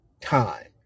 time